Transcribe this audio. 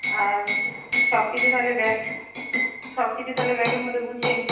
আর সব কিছু তাহলে ব্যাগ সব কিছু তাহলে ব্যাগের মধ্যে গুছিয়ে নিই